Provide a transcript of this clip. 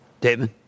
David